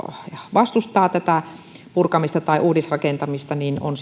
vastustaa tätä purkamista tai uudisrakentamista on